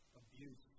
abuse